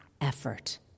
effort